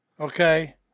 okay